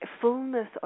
fullness